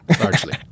largely